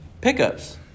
pickups